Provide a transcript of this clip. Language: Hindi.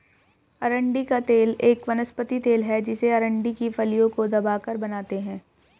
अरंडी का तेल एक वनस्पति तेल है जिसे अरंडी की फलियों को दबाकर बनाते है